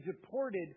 deported